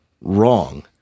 wrong